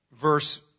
verse